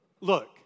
Look